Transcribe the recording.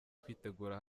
kwitegura